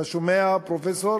אתה שומע, פרופסור?